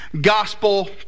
Gospel